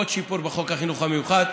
עוד שיפור בחוק החינוך המיוחד.